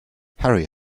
harry